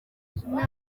nta